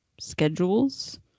Schedules